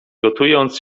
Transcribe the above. gotując